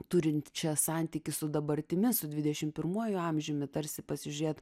turinčią santykį su dabartimi su dvidešim pirmuoju amžiumi tarsi pasižiūrėt